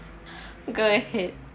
go ahead